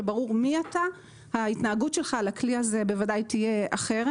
שברור מי אתה - ההתנהגות שלך על הכלי הזה בוודאי תהיה אחרת.